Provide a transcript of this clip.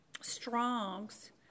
Strong's